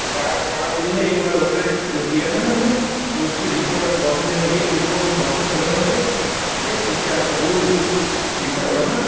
चार से पाँच दिन में एक बार ऑपरेट जो किया था हम ने तो उसकी रिपोर्ट आप को वापस देना है एक रिपोर्ट अपन वापस करवाएंगे ठीक है उस से आप का जो भी डेटा होगा ना